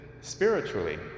spiritually